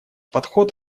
подход